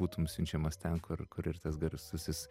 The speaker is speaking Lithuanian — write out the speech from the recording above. būtum siunčiamas ten kur kur ir tas garsusis